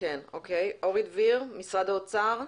אורי דביר, משרד האוצר.